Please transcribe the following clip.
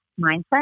mindset